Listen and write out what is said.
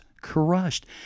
crushed